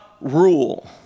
rule